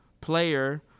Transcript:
player